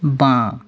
বাঁ